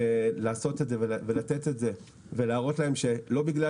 לעשות את זה ולתת את זה ולהראות להם שלא בגלל